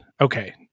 Okay